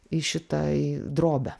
į šitą į drobę